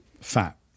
fat